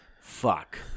fuck